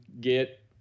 get